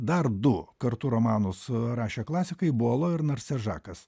dar du kartu romanus rašę klasikai bualo ir narsežakas